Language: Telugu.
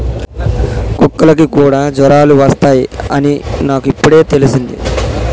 కుక్కలకి కూడా జ్వరాలు వస్తాయ్ అని నాకు ఇప్పుడే తెల్సింది